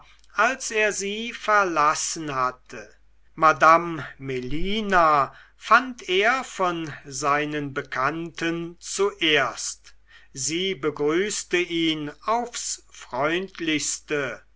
als er sie verlassen hatte madame melina fand er von seinen bekannten zuerst sie begrüßte ihn aufs freundlichste